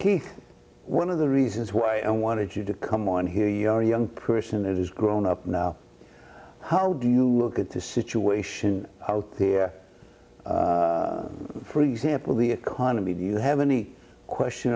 unknown one of the reasons why i wanted you to come on here you are young person that is grown up now how do you look at the situation out the for example the economy do you have any question